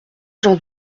j’en